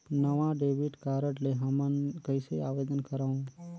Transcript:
नवा debit card ले हमन कइसे आवेदन करंव?